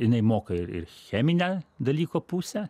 jinai moka ir ir cheminę dalyko pusę